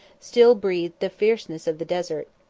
still breathed the fierceness of the desert.